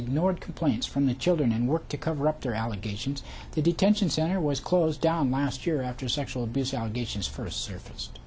ignored complaints from the children and worked to cover up their allegations the detention center was closed down last year after sexual abuse allegations first s